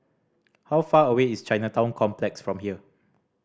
how far away is Chinatown Complex from here